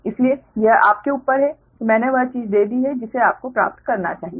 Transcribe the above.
इसलिए यह आपके ऊपर है कि मैंने वह चीज दे दी है जिसे आपको प्राप्त करना चाहिए